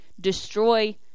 destroy